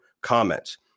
comments